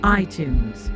iTunes